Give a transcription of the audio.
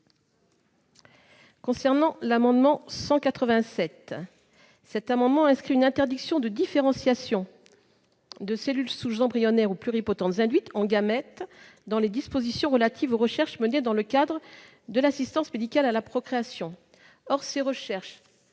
défavorable. L'amendement n° 187 tend à inscrire l'interdiction de la différenciation de cellules souches embryonnaires ou pluripotentes induites en gamètes dans les dispositions relatives aux recherches menées dans le cadre de l'assistance médicale à la procréation. Or ces recherches